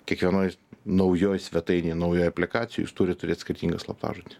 kiekvienoj naujoj svetainėj naujoj aplikacijoj jūs turit turėt skirtingą slaptažodį